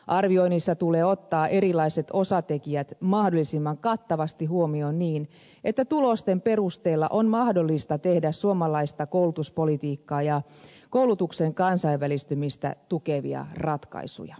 arvioinnissa tulee ottaa erilaiset osatekijät mahdollisimman kattavasti huomioon niin että tulosten perusteella on mahdollista tehdä suomalaista koulutuspolitiikkaa ja koulutuksen kansainvälistymistä tukevia ratkaisuja